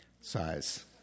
size